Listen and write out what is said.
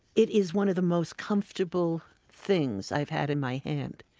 it is one of the most comfortable things i've had in my hand.